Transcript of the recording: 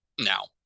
now